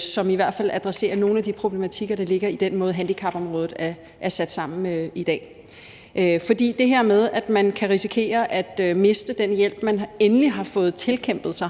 som i hvert fald adresserer nogle af de problematikker, der ligger i den måde, handicapområdet er sat sammen på i dag. Det her med, at man kan risikere at miste den hjælp, man endelig har fået tilkæmpet sig